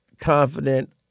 confident